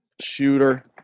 shooter